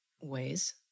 ways